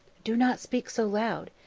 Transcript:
do not speak so loud.